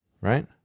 Right